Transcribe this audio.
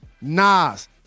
Nas